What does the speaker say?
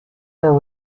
are